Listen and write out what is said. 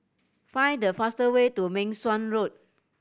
find the fast way to Meng Suan Road